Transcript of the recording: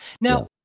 Now